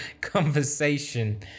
conversation